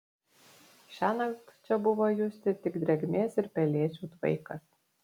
šiąnakt čia buvo justi tik drėgmės ir pelėsių tvaikas